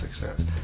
success